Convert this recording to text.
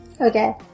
Okay